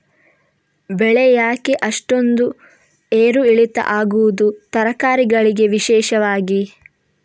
ಬೆಳೆ ಯಾಕೆ ಅಷ್ಟೊಂದು ಏರು ಇಳಿತ ಆಗುವುದು, ತರಕಾರಿ ಗಳಿಗೆ ವಿಶೇಷವಾಗಿ?